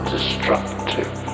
destructive